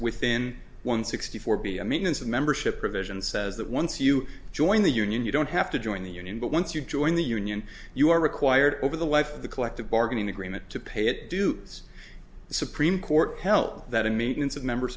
within one sixty four b a maintenance of membership provisions says that once you join the union you don't have to join the union but once you join the union you are required over the life of the collective bargaining agreement to pay it do this supreme court held that a maintenance of members